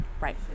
Right